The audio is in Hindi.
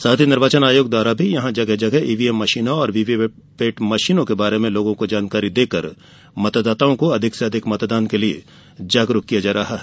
साथ ही निर्वाचन आयोग द्वारा जगह जगह ईवीएम मशीनों और वीवीपेट मशीनों के बारे में लोगों को जानकारी देकर मतदाताओं को अधिक से अधिक मतदान के लिये जागरूक किया जा रहा है